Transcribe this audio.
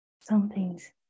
Something's